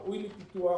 ראוי לפיתוח,